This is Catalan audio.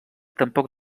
tampoc